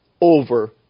over